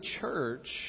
church